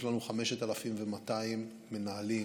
יש לנו 5,200 מנהלים